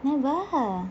never